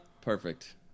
Perfect